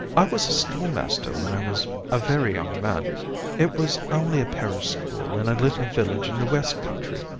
i was a schoolmaster when i was a very young man it was only a parish school in a little village in the west country.